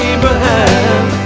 Abraham